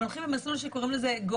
הם הולכים על מסלול שקוראים לו ---,